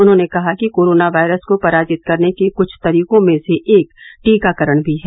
उन्होंने कहा कि कोरोना वायरस को पराजित करने के कुछ तरीकों में से एक टीकाकरण भी है